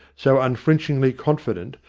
so unflinchingly confident,